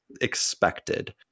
expected